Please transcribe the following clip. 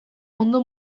ondo